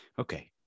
Okay